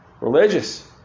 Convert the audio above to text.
Religious